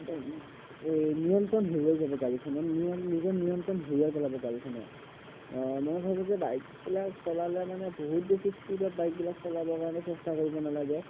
এই নিয়ন্ত্ৰণ হেৰুৱাই যাব গাড়ীখনৰ নিয়ন নিজৰ নিয়ন্ত্ৰণ হেৰুৱাই পেলাব গাড়ীখনে মই ভাবোঁ যে বাইকবিলাক চলালে মানে বহুত বেছি স্পিডত বাইকবিলাক চলাবৰ কাৰণে চেষ্টা কৰিব নালাগে